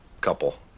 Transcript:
couple